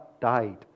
died